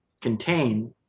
contain